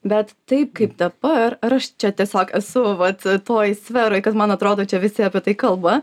bet taip kaip dabar ar aš čia tiesiog esu vat toj sferoj kad man atrodo čia visi apie tai kalba